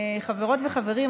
חברות וחברים,